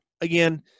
Again